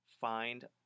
find